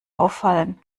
auffallen